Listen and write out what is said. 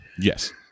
yes